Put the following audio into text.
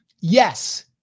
yes